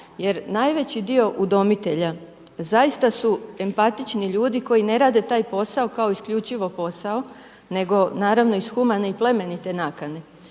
jer najveći dio udomitelja zaista su empatični ljudi koji ne rade posao kao isključivo posao nego naravno iz humane i plemenite nakane